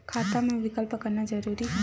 खाता मा विकल्प करना जरूरी है?